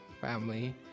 family